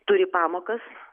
turi pamokas